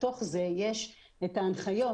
בתוך זה יש את ההנחיות